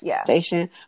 station